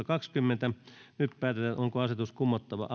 kaksikymmentä nyt päätetään onko asetus kumottava